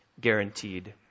guaranteed